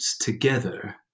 together